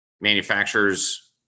manufacturers